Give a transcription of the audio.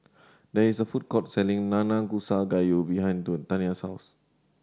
there is a food court selling Nanakusa Gayu behind Taniyah's house